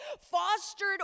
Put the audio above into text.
fostered